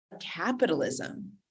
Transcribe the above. capitalism